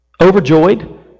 Overjoyed